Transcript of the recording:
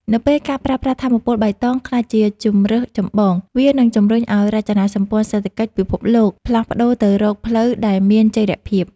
នៅពេលការប្រើប្រាស់ថាមពលបៃតងក្លាយជាជម្រើសចម្បង វានឹងជម្រុញឱ្យរចនាសម្ព័ន្ធសេដ្ឋកិច្ចពិភពលោកផ្លាស់ប្តូរទៅរកផ្លូវដែលមានចីរភាព។